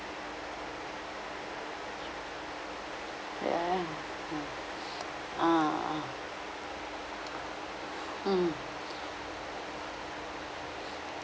ya ya mm a'ah mm